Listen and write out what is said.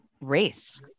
race